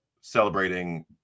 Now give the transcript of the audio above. celebrating